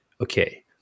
okay